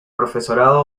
profesorado